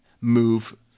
move